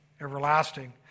everlasting